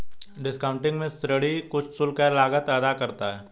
discounting में ऋणी कुछ शुल्क या लागत अदा करता है